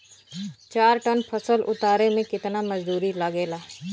चार टन फसल उतारे में कितना मजदूरी लागेला?